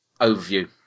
overview